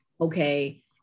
okay